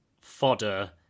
fodder